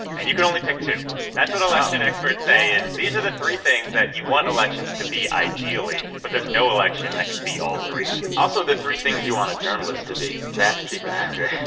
and you can only pick two. that's what. oh. election experts say is these are the three things that you want elections to be ideally. but there's no election that can be all three yeah. also the three things you want a journalist to be fast, cheap and accurate